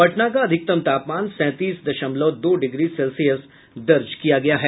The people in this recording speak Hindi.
पटना का अधिकतम तापमान सैंतीस दशमलव दो डिग्री सेल्सियस दर्ज किया गया है